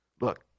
Look